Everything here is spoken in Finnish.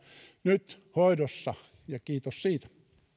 nyt hoidossa ja kiitos siitä